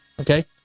Okay